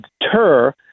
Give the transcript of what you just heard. deter